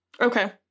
Okay